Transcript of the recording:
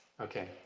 Okay